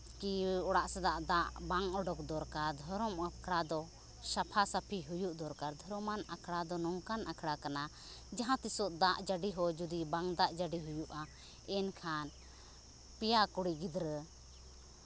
ᱠᱤ ᱚᱲᱟᱜ ᱥᱮᱭᱟᱜ ᱫᱟᱜ ᱵᱟᱝ ᱚᱰᱳᱠ ᱫᱚᱨᱠᱟᱨ ᱫᱷᱚᱨᱚᱢ ᱟᱠᱷᱲᱟ ᱫᱚ ᱥᱟᱯᱷᱟᱼᱥᱟᱹᱯᱷᱤ ᱦᱩᱭᱩᱜ ᱫᱚᱨᱠᱟᱨ ᱫᱷᱚᱨᱚᱢᱟᱱ ᱟᱠᱷᱲᱟ ᱫᱚ ᱱᱚᱝᱠᱟᱱ ᱟᱠᱷᱲᱟ ᱠᱟᱱᱟ ᱡᱟᱦᱟᱸ ᱛᱤᱥᱚᱜ ᱫᱟᱜ ᱡᱟᱹᱲᱤ ᱦᱚᱸ ᱡᱩᱫᱤ ᱵᱟᱝ ᱫᱟᱜ ᱡᱟᱹᱲᱤ ᱦᱩᱭᱩᱜᱼᱟ ᱮᱱᱠᱷᱟᱱ ᱯᱮᱭᱟ ᱠᱩᱲᱤ ᱜᱤᱫᱽᱨᱟᱹ